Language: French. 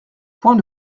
point